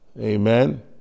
Amen